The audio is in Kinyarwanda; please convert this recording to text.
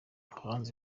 abahanzi